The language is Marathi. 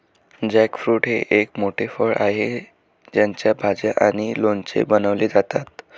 जॅकफ्रूट हे एक मोठे फळ आहे ज्याच्या भाज्या आणि लोणचे बनवले जातात